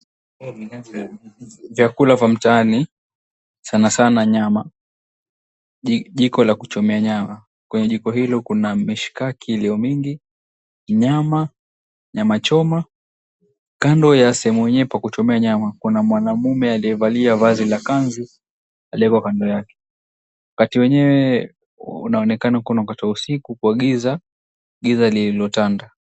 Vyakula vya mtaani, sanasana nyama. Jiko la kuchomea nyama. Kwenye jiko hilo kuna mishikaki iliyo mingi, nyama, nyama choma. Kando ya sehemu yenyewe pa kuchomea nyama, kuna mwanaume aliyevalia vazi la kanzu aliyoko kando yake. Wakati wenyewe unaonekana ni wakati wa usiku kwa giza, giza lililotanda.